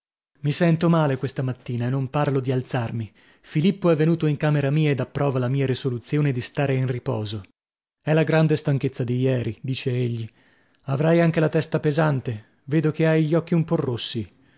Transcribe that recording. mi sento male questa mattina e non parlo di alzarmi filippo è venuto in camera mia ed approva la mia risoluzione di stare in riposo è la grande stanchezza di ieri dice egli avrai anche la testa pesante vedo che hai gli occhi un po rossi